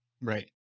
Right